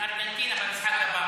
מה תהיה התוצאה של ארגנטינה במשחק הבא?